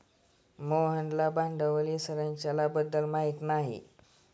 मोहनला भांडवली संरचना बद्दल माहिती नाही